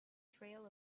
trail